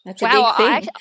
wow